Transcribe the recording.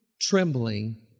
trembling